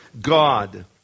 God